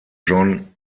jon